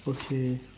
okay